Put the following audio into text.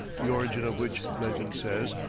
the origin of which, legend says,